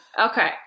Okay